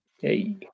Hey